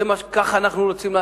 כך אנחנו רוצים?